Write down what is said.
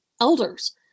elders